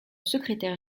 secrétaire